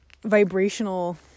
vibrational